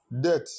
death